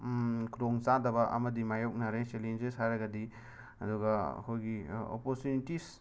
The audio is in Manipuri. ꯈꯨꯗꯣꯡꯆꯥꯗꯕ ꯑꯃꯗꯤ ꯃꯥꯌꯣꯛꯅꯔꯦ ꯆꯦꯂꯦꯟꯖꯦꯁ ꯍꯥꯏꯔꯒꯗꯤ ꯑꯗꯨꯒ ꯑꯩꯈꯣꯏꯒꯤ ꯑꯣꯄꯣꯔꯇꯨꯅꯤꯇꯤꯁ